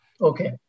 Okay